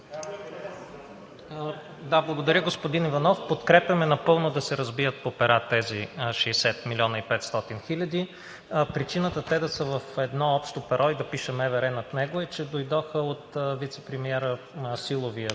Да, благодаря, господин Иванов. Подкрепяме напълно да се разбият по пера тези 60 милиона и 500 хиляди. Причината те да са в едно общо перо и да пише МВР над него е, че дойдоха от силовия